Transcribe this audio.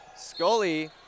Scully